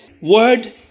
word